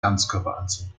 ganzkörperanzug